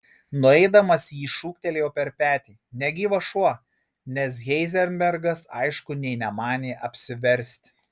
nueidamas jį šūktelėjo per petį negyvas šuo nes heizenbergas aišku nė nemanė apsiversti